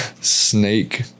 Snake